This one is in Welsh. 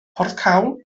porthcawl